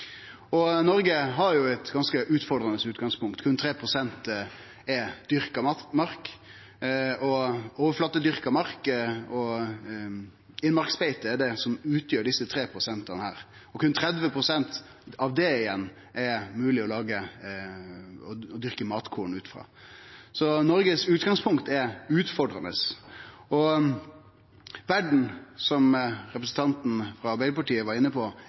Noreg har eit ganske utfordrande utgangspunkt, berre 3 pst. er overflatedyrka mark. Innmarksbeite er det som utgjer desse tre prosentane, og berre 30 pst. av det igjen er det mogeleg å dyrke matkorn på. Så Noregs utgangspunkt er utfordrande, og verda er i endring, som representanten frå Arbeidarpartiet var inne på: